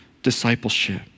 discipleship